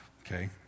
Okay